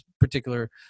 particular